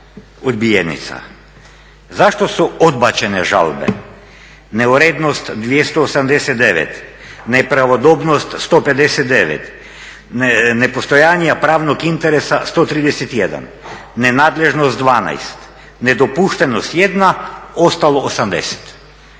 odbijenica. Zašto su odbačene žalbe? Neurednost 289, nepravodobnost 159, nepostojanje pravnog interesa 131, nenadležnost 12, nedopuštenost 1, ostalo 80.